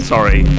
Sorry